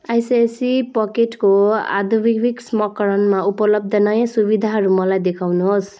ICICI पकेटको अद्यावधिक संस्करणमा उपलब्ध नयाँ सुविधाहरू मलाई देखाउनुहोस्